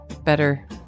better